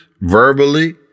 verbally